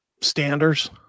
standards